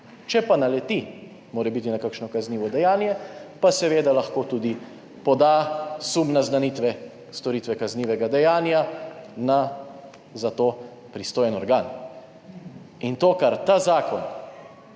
Če pa naleti morebiti na kakšno kaznivo dejanje, pa seveda lahko tudi poda sum naznanitve storitve kaznivega dejanja na za to pristojen organ. In to, kar ta zakon